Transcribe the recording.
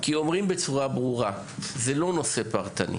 כי אומרים בצורה ברורה: זהו לא נושא פרטני.